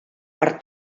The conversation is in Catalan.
per